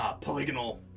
polygonal